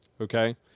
okay